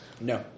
No